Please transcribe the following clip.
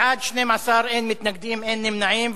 בעד, 12, אין מתנגדים, אין נמנעים.